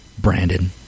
brandon